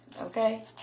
okay